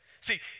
See